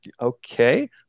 okay